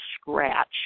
scratch